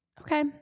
Okay